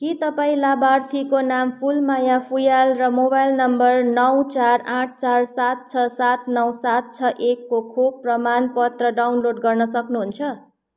के तपाईँँ लाभार्थीको नाम फुलमाया फुँयाल र मोबाइल नम्बर नौ चार आठ चार सात छ सात नौ सात छ एक को खोप प्रमाणपत्र डाउनलोड गर्न सक्नुहुन्छ